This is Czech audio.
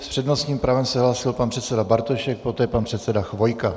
S přednostním právem se hlásil pan předseda Bartošek, poté pan předseda Chvojka.